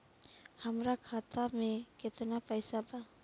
हमरा खाता मे केतना पैसा बा?